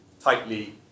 tightly